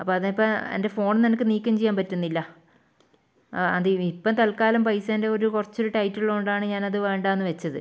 അപ്പം അതിപ്പം എൻ്റെ ഫോണിൽനിന്ന് എനിക്ക് നീക്കം ചെയ്യാൻ പറ്റുന്നില്ല ആ അത് ഇപ്പം തൽക്കാലം പൈസേൻ്റെ ഒരു കുറച്ച് ഒരു ടൈറ്റുള്ളതുകൊണ്ടാണ് ഞാൻ അത് വേണ്ടായെന്ന് വെച്ചത്